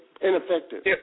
ineffective